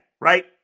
right